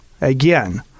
Again